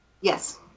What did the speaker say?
Yes